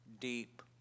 deep